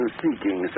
seeking